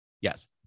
yes